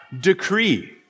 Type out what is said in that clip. decree